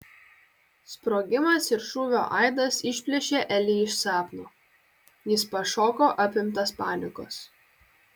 sprogimas ir šūvio aidas išplėšė elį iš sapno jis pašoko apimtas panikos